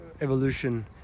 evolution